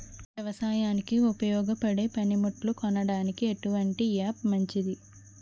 వ్యవసాయానికి ఉపయోగపడే పనిముట్లు కొనడానికి ఎటువంటి యాప్ మంచిది?